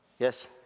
Yes